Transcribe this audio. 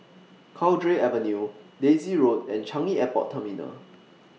Cowdray Avenue Daisy Road and Changi Airport Terminal